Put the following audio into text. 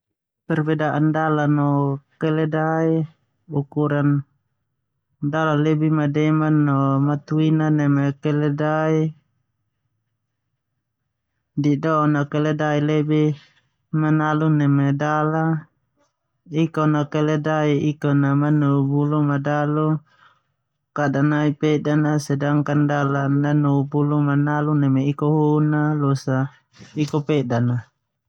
Perbedaan dala no keledai. Ukuran dala lebih matuaina neme keledai. Diddon na keledai lebih manalu neme dala. Ikon na, keledai ikon a manu bulu manalu kada nai pedan aa sedangkan dala manu bulu manalu neme iko hun losa iko pedan a.